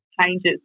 changes